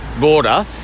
border